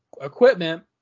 equipment